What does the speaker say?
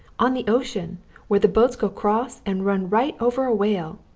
on the ocean where the boats go cross and run right over a whale.